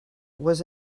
was